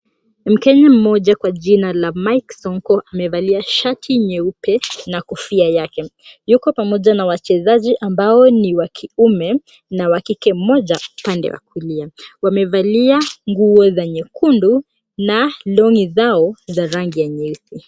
Mkenya mmoja kwa jina la Mike Sonko amevalia shati nyeupe na kofia yake. Yuko pamoja na wachezaji ambao ni wa kiume na wakike mmoja pande ya kulia. Wamevalia nguo za nyekundu na longi zao za rangi ya nyeupe.